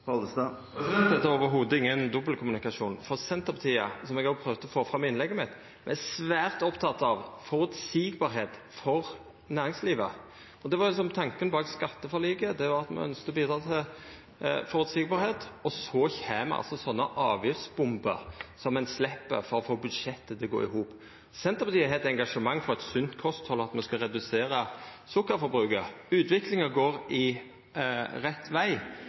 Pollestad da er kjempefornøyd – eller er dette en del av den sedvanlige dobbeltkommunikasjonen som Senterpartiet står for? Dette er ingen dobbeltkommunikasjon i det heile, for Senterpartiet – som eg òg prøvde å få fram i innlegget mitt – er svært oppteke av føreseielege vilkår for næringslivet. Tanken bak skatteforliket var at me ønskte å bidra til føreseielege vilkår, og så kjem det sånne avgiftsbomber som ein slepper for å få budsjettet til å gå i hop. Senterpartiet har eit engasjement for eit sunt kosthald og for at me skal redusera